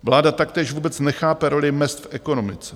Vláda taktéž vůbec nechápe roli mezd v ekonomice.